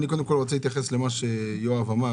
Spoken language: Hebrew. אני רוצה להתייחס למה שאמר יואב,